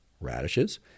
radishes